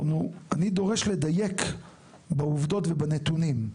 אני דורש לדייק בעובדות ובנתונים.